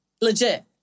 Legit